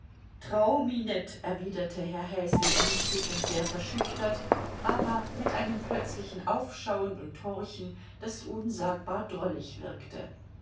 net erwiderte herr häsli ängstlich und sehr verschüchtert aber mit einem plötzlichen aufschauen und horchen das unsagbar drollig wirkte